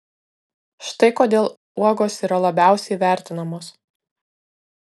štai kodėl uogos yra labiausiai vertinamos